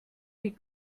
wie